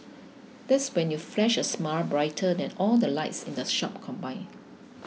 that spend you flash a smile brighter than all the lights in the shop combined